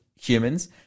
humans